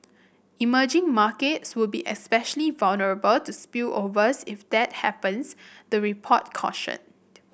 emerging markets would be especially vulnerable to spillovers if that happens the report cautioned